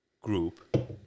group